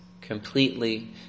completely